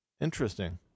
Interesting